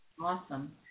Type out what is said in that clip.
Awesome